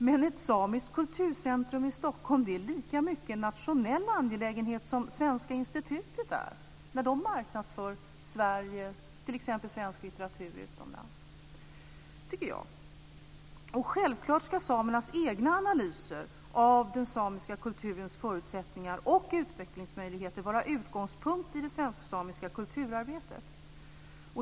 Men ett samiskt kulturcentrum i Stockholm är lika mycket en nationell angelägenhet som Svenska institutet är när man marknadsför t.ex. svensk litteratur utomlands, tycker jag. Självfallet ska samernas egna analyser av den samiska kulturens förutsättningar och utvecklingsmöjligheter vara utgångspunkt i det svensk-samiska kulturarbetet.